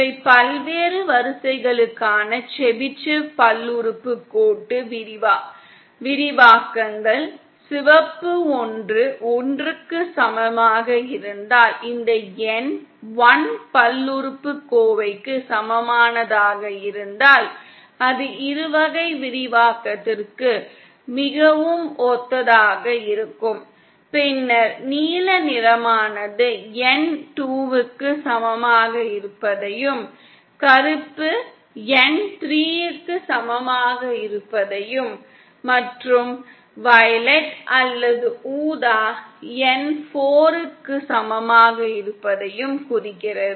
இவை பல்வேறு வரிசைகளுக்கான செபிஷேவ் பல்லுறுப்புக்கோட்டு விரிவாக்கங்கள் சிவப்பு ஒன்று ஒன்றுக்கு சமமாக இருந்தால் இந்த N 1 பல்லுறுப்புக்கோவைக்கு சமமானதாக இருந்தால் அது இருவகை விரிவாக்கத்திற்கு மிகவும் ஒத்ததாக இருக்கும் பின்னர் நீல நிறமானது N 2க்கு சமமாக இருப்பதையும் கருப்பு N 3க்கு சமமாக இருப்பதையும் மற்றும் வயலட் அல்லது ஊதா N 4க்கு சமமாக இருப்பதையும் குறிக்கிறது